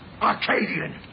Arcadian